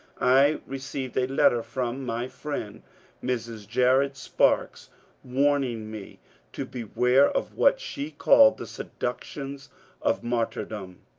i received a letter from my friend mrs. jared sparks warning me to beware of what she called the seductions of martyrdom.